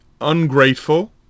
ungrateful